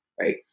right